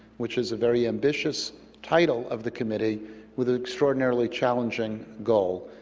which is a very ambitious title of the committee with an extraordinarily challenging goal,